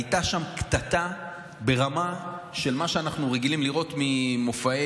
הייתה שם קטטה ברמה של מה שאנחנו רגילים לראות במופעי,